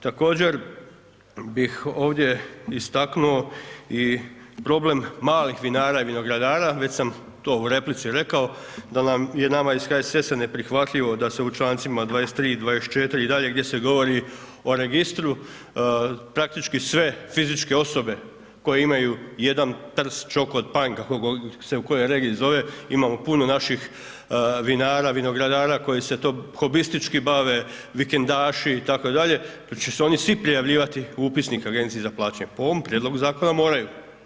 Također bih ovdje istaknuo i problem malih vinara i vinogradara, već sam to u replici rekao, da nam je, nama iz HSS-a neprihvatljivo da se u člancima 23. i 24., i dalje gdje se govori o registru, praktički sve fizičke osobe koje imaju jedan trst, čokot, panj, kako god se u kojoj regiji zove, imamo puno naših vinara, vinogradara koji se to hobistički bave, vikendaši i tako dalje, da će se oni svi prijavljivati u upisnik Agenciji za plaćanje, po ovom Prijedlogu Zakona moraju.